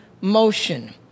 motion